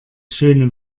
schöne